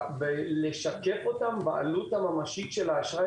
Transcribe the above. לשקף אותן בעלות הממשית של האשראי